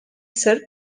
sırp